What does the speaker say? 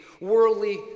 worldly